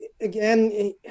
Again